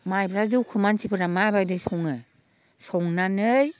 माइब्रा जौखौ मानसिफोरा माबायदि सङो संनानै